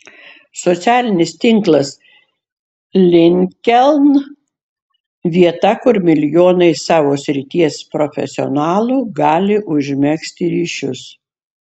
socialinis tinklas linkedin vieta kur milijonai savo srities profesionalų gali užmegzti ryšius